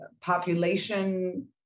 population